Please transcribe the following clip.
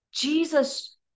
Jesus